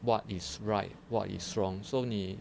what is right what is wrong so 你